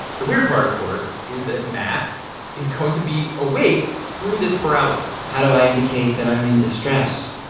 the weird part, of course, is that matt is going to be awake through this paralysis how do i indicate that i'm in distress?